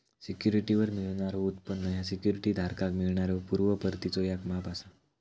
सिक्युरिटीवर मिळणारो उत्पन्न ह्या सिक्युरिटी धारकाक मिळणाऱ्यो पूर्व परतीचो याक माप असा